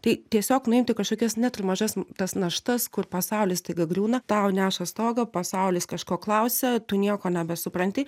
tai tiesiog nuimti kažkokias net ir mažas tas naštas kur pasaulis staiga griūna tau neša stogą pasaulis kažko klausia tu nieko nebesupranti